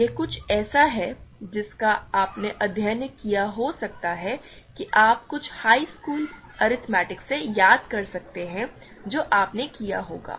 यह कुछ ऐसा है जिसका आपने अध्ययन किया हो सकता है कि आप कुछ हाई स्कूल अरिथमेटिक से याद कर सकते हैं जो आपने किया होगा